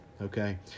Okay